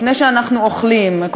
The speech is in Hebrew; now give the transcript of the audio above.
לפני שאנחנו אוכלים,